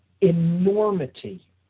enormity